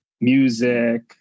music